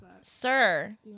sir